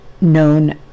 known